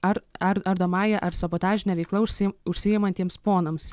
ar ar ardomąja ar sabotažine veikla užsii užsiimantiems ponams